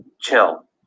Chill